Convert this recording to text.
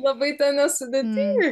labai ten nesudėtinga